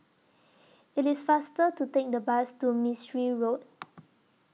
IT IS faster to Take The Bus to Mistri Road